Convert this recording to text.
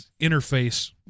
interface